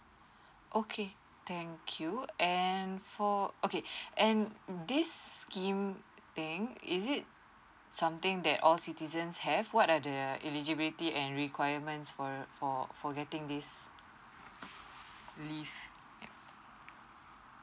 okay thank you and for okay and this scheme thing is it something that all citizens have what are the eligibility and requirements for for for getting this leaves yup